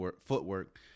footwork